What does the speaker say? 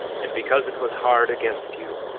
and because it was hard against you,